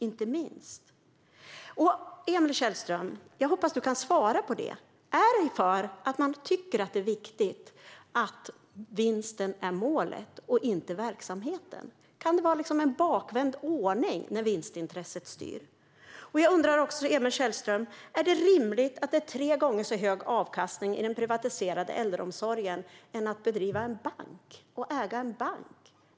Jag hoppas att du kan svara på detta, Emil Källström. Anser ni att vinsten och inte verksamheten är målet? Kan det vara en bakvänd ordning när vinstintresset styr? Är det rimligt, Emil Källström, att det är tre gånger så hög avkastning i den privatiserade äldreomsorgen som det är för att driva och äga en bank?